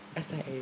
SIA